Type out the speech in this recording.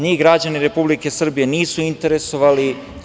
Njih rađani Republike Srbije nisu interesovali.